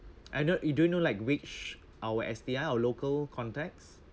I know you don't know like which our S_T_I or local context